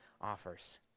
offers